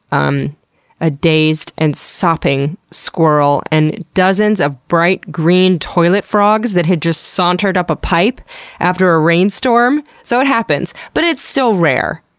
um a dazed and sopping squirrel, and dozens of bright green toilet frogs that had just sauntered up a pipe after a rainstorm. so, it happens but it's still rare.